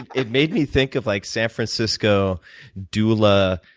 it made me think of like san francisco doula,